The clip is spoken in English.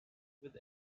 with